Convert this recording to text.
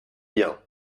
bien